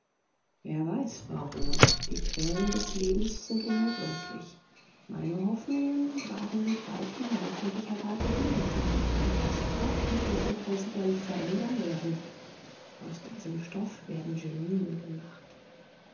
wer weiß baron die quellen des lebens sind unergründlich meine hoffnungen wagen sich weit hinauf und ich erwarte dinge von unserm caspar die ihr urteil sicherlich verändern werden aus diesem stoff werden genien gemacht